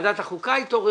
שוועדת החוקה התעוררה.